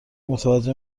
متوجه